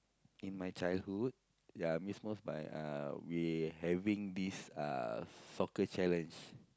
in my childhood ya I miss most my uh we having this uh soccer challenge